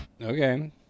Okay